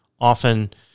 often